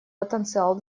потенциал